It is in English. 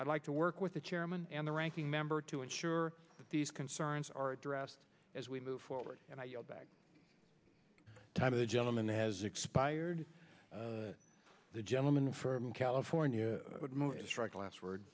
i'd like to work with the chairman and the ranking member to ensure that these concerns are addressed as we move forward and time of the gentleman has expired the gentleman from california strike last word